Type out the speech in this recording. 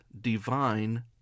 divine